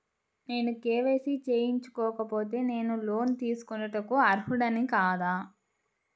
నేను కే.వై.సి చేయించుకోకపోతే నేను లోన్ తీసుకొనుటకు అర్హుడని కాదా?